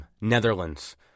Netherlands